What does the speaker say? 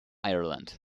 ireland